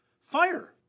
fire